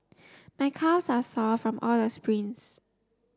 my calves are sore from all the sprints